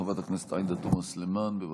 חברת הכנסת עאידה תומא סלימאן, בבקשה.